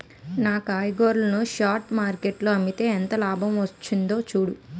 నా కూరగాయలను spot market లో అమ్మితే ఎంత లాభం వచ్చిందో చూడు